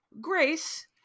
Grace